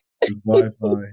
Wi-Fi